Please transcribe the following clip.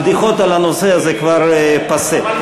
הבדיחות על הנושא הזה כבר פאסה.